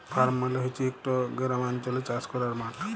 farm মালে হছে ইকট গেরামাল্চলে চাষ ক্যরার মাঠ